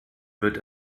wird